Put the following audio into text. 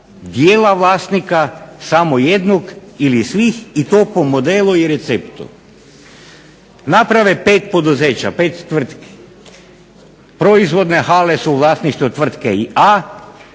dijela vlasnika, samo jednog ili svih i to po modelu i receptu? Naprave pet poduzeća, pet tvrtki. Proizvodne hale su u vlasništvu tvrtke A,